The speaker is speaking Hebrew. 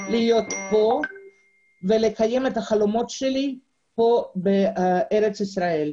כאן ולקיים את החלומות שלי כאן בארץ ישראל.